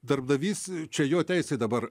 darbdavys čia jo teisė dabar